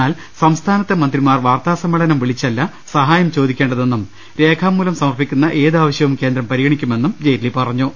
എന്നാൽ സംസ്ഥാനത്തെ മന്ത്രിമാർ വാർത്താ സമ്മേളനം വിളിച്ചല്ല സഹായം ചോദിക്കേണ്ടതെന്നും രേഖാമൂലം സമർപ്പിക്കുന്ന ഏത് ആവശ്യവും കേന്ദ്രം പരിഗ്ഗണിക്കുമെന്നും ജെയ്റ്റ്ലി പറഞ്ഞു